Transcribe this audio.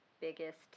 biggest